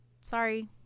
Sorry